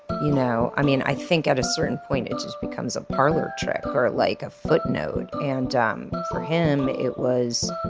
you know? i mean i think at a certain point it just becomes a parlor trick or like a footnote and um for him it was,